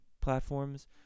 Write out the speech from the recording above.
platforms